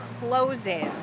closes